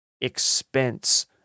expense